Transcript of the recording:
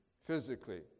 physically